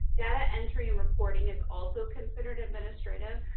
data entry and reporting is also considered administrative.